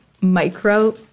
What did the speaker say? micro